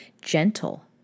gentle